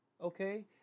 Okay